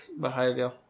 behavior